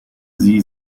sie